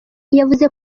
yavuze